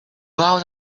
out